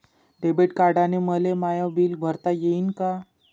Debit कार्डानं मले my bill भरता येईन का?